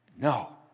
No